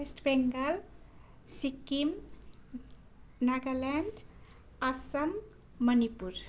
West Bengal Sikkim Nagaland Assam Manipur